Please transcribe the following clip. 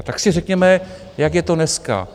Tak si řekněme, jak je to dneska.